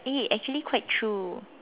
eh actually quite true